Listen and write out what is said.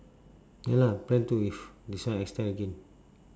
ya lah plan to with this one extend again